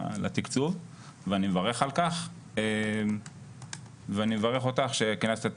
לתקצוב ואני מברך על כך ואני מברך אותך שכינסת את